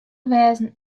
wêzen